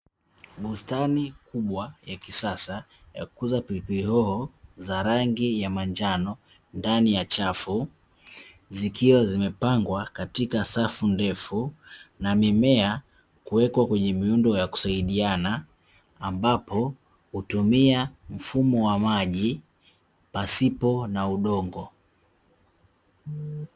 Bustani kubwa ya kisasa ya kukuza pilipili hoho za rangi ya manjano ndani ya chafu, zikiwa zimepangwa katika safu ndefu na mimea kuwekwa kwenye miundo ya kusaidiana, ambapo hutumia mfumo wa maji pasipo na udongo.